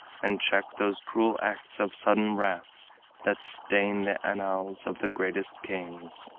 and checked those cruel acts of sudden wrath that stain the annals of the greatest kings,